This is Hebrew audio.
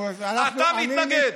אתה מתנגד.